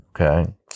okay